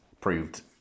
proved